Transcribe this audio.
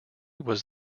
was